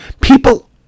People